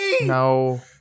No